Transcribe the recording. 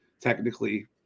technically